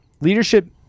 Leadership